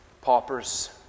Paupers